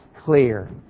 clear